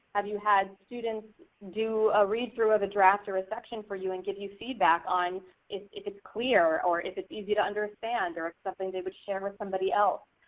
have you had students do a read through of a draft or a section for you and give you feedback on if it's clear, or if it's easy to understand, or it's something they would share with somebody else?